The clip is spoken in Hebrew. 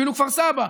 אפילו כפר סבא,